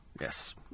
Yes